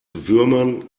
würmern